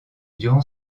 durant